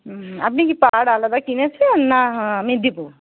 হুম আপনি কি পাড় আলাদা কিনেছেন না আমি দেব